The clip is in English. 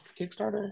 Kickstarter